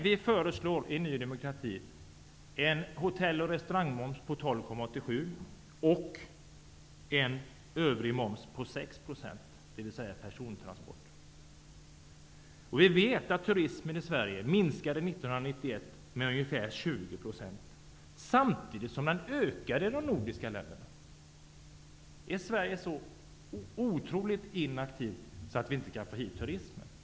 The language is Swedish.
Vi i Ny demokrati föreslår en hotell och restaurangmoms på 12,87 % och en övrig moms på persontransport på 6 %. Vi vet att turismen i Sverige under 1991 minskade med ca 20 %, samtidigt som den ökade i de nordiska länderna. Är Sverige så otroligt inaktivt att vi inte kan få hit turister?